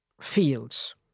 fields